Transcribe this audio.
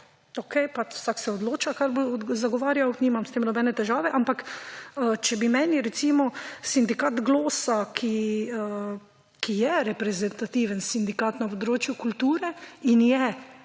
okej vsak se odloča kako bo zagovarjal nimam s tem nobene težave, ampak če bi meni recimo Sindikat Glosa, ki je reprezentativen sindikat na področju kulture in je